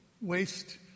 waste